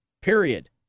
Period